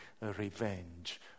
revenge